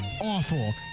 awful